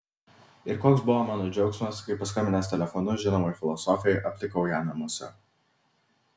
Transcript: ir koks buvo mano džiaugsmas kai paskambinęs telefonu žinomai filosofei aptikau ją namuose